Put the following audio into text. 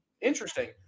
Interesting